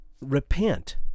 Repent